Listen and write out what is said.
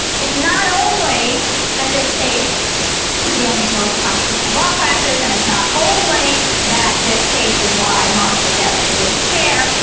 it's not only that this case begins most constitutional law classes and it's not only that this case is why marshall gets the big chair,